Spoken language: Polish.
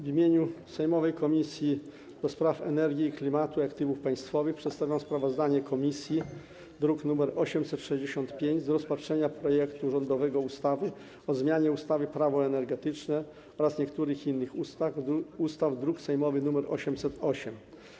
W imieniu sejmowej Komisji do Spraw Energii, Klimatu i Aktywów Państwowych przedstawiam sprawozdanie komisji, druk nr 865, o rządowym projekcie ustawy o zmianie ustawy - Prawo energetyczne oraz niektórych innych ustaw, druk sejmowy nr 808.